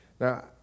Now